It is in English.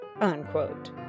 unquote